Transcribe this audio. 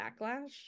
backlash